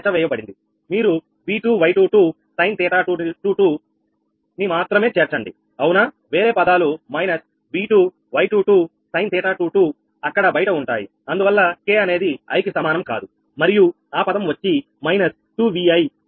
మీరు 𝑉2𝑌22 sin𝜃22 ని మాత్రమే చేర్చండి అవునా వేరే పదాలు మైనస్ 𝑉2𝑌22 sin𝜃22 అక్కడ బయట ఉంటాయి అందువల్ల k అనేది i కి సమానం కాదు మరియు ఆ పదం వచ్చి మైనస్ 2Viమీ Yi sinƟi